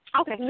Okay